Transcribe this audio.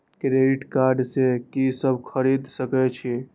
Credit card से की सब खरीद सकें छी?